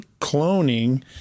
cloning